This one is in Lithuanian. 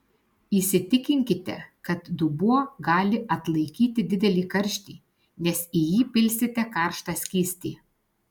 įsitikinkite kad dubuo gali atlaikyti didelį karštį nes į jį pilsite karštą skystį